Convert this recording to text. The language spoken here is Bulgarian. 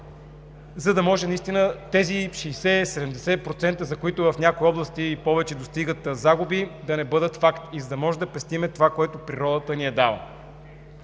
за да може тези 60 – 70%, за които в някои области повече достигат загуби, да не бъдат факт и да можем да пестим това, което природата ни е дала.